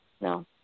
No